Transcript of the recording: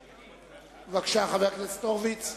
בבקשה, חבר הכנסת הורוביץ.